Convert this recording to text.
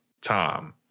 Tom